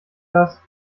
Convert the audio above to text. das